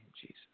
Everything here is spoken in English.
Jesus